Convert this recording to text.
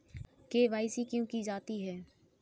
KYC क्यों की जाती है?